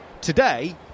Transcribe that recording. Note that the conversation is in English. Today